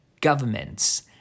Governments